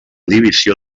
divisió